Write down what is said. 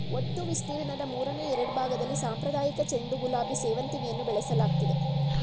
ಒಟ್ಟು ವಿಸ್ತೀರ್ಣದ ಮೂರನೆ ಎರಡ್ಭಾಗ್ದಲ್ಲಿ ಸಾಂಪ್ರದಾಯಿಕ ಚೆಂಡು ಗುಲಾಬಿ ಸೇವಂತಿಗೆಯನ್ನು ಬೆಳೆಸಲಾಗ್ತಿದೆ